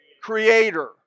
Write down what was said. creator